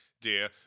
dear